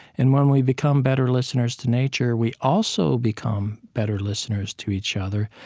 and when we become better listeners to nature, we also become better listeners to each other,